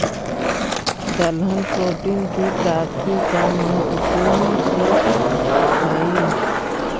दलहन प्रोटीन की प्राप्ति का महत्वपूर्ण स्रोत हई